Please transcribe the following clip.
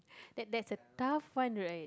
that that's a tough one right